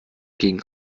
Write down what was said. gingen